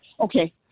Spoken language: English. Okay